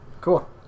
Cool